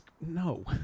no